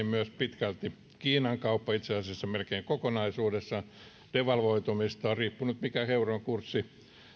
myös pitkälti kiinan kauppa itse asiassa melkein kokonaisuudessaan devalvoitumisesta on riippunut mikä euron kurssi